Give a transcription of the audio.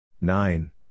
Nine